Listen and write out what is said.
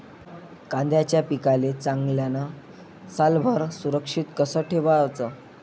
कांद्याच्या पिकाले चांगल्यानं सालभर सुरक्षित कस ठेवाचं?